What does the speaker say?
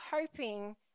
hoping